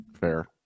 fair